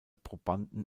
probanden